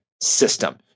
system